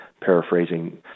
paraphrasing